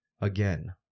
again